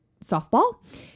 softball